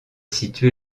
situé